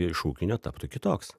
iš ūkinio taptų kitoks